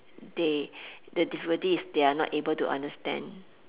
they the difficulty is they're not able to understand